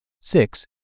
Six